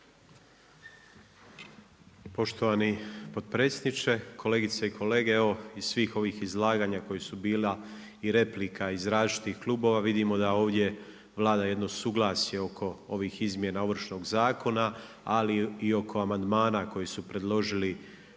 Poštovani potpredsjedniče, kolegice i kolege. Evo iz svih ovih izlaganja koja su bile i replika iz različitih klubova vidimo da ovdje vlada jedno suglasje oko ovih izmjena Ovršnog zakona, ali i oko amandmana koji su predložili